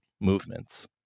movements